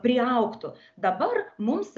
priaugtų dabar mums